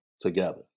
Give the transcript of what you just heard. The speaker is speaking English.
together